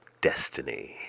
destiny